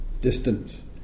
distance